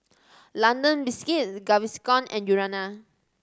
London Biscuits Gaviscon and Urana